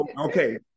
Okay